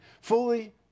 fully